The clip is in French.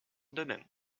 demain